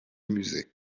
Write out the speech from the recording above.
musées